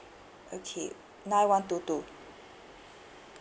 okay nine one two two